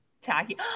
tacky